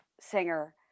singer